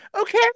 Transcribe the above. okay